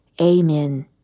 Amen